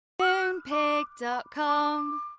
Moonpig.com